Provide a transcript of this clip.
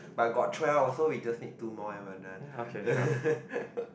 but got twelve so we just need two more and we are done